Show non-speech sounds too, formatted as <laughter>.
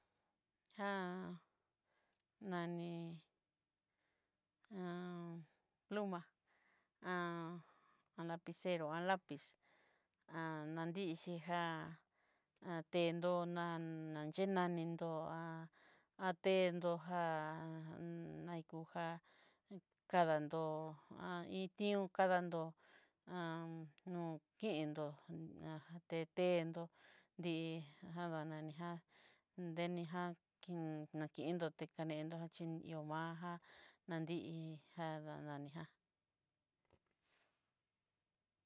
Jan nani <hesitation> l <hesitation> á <hesitation> alapicero a lapiz, <hesitation> nixhijá a ten'ndó na xhinanindó, <hesitation> n'ndó ja naikujá kadandó a iin ti'ó kadantó <hesitation> o kindó a tentendó di javana ni já nenijan kin nakindóte kanedó chi ihovaja nanijá jadaninijá.